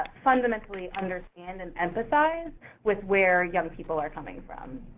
fundamentally understand and empathize with where young people are coming from.